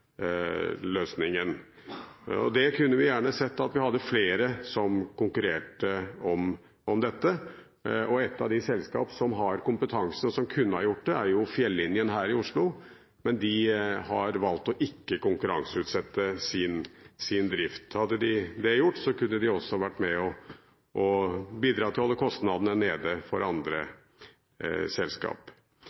løsningen. Vi kunne gjerne sett at vi hadde flere som konkurrerte om dette. Et av de selskapene som har kompetanse og som kunne ha gjort det, er Fjellinjen her i Oslo, men de har valgt ikke å konkurranseutsette sin drift. Hadde de gjort det, kunne de også ha vært med på å bidra til å holde kostnadene nede for andre